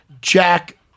Jack